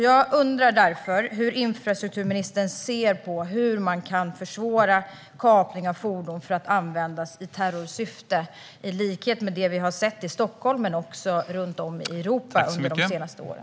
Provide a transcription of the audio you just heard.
Jag undrar därför hur infrastrukturministern ser på hur man kan försvåra kapning av fordon för att användas i terrorsyfte i likhet med det vi har sett i Stockholm men också runt om i Europa under de senaste åren.